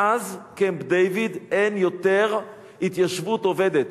מאז קמפ-דייוויד אין יותר התיישבות עובדת.